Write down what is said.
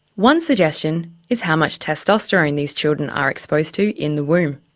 one suggestion is how much testosterone these children are exposed to in the womb.